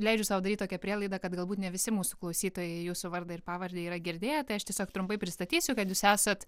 leidžiu sau daryt tokią prielaidą kad galbūt ne visi mūsų klausytojai jūsų vardą ir pavardę yra girdėję tai aš tiesiog trumpai pristatysiu kad jūs esat